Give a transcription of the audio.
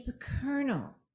kernel